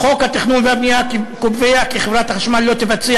"חוק התכנון והבנייה קובע כי חברת החשמל לא תבצע